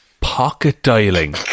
Pocket-dialing